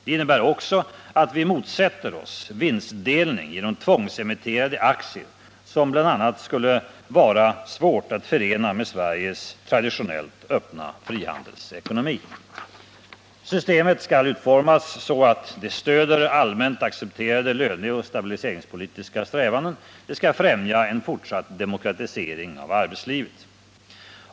Det innebär också att vi motsätter oss vinstdelning genom tvångsemitterade aktier, som det bl.a. skulle vara svårt att förena med Sveriges traditionellt öppna frihandelsekonomi. Systemet skall utformas så, att det stöder allmänt accepterade löneoch stabiliseringspolitiska strävanden. Det skall främja en fortsatt demokratisering av arbetslivet.